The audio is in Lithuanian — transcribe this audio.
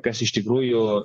kas iš tikrųjų